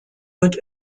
wird